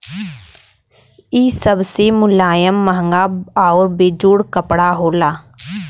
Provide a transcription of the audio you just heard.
इ सबसे मुलायम, महंगा आउर बेजोड़ कपड़ा होला